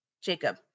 Jacob